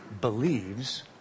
believes